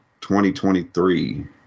2023